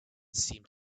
seemed